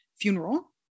funeral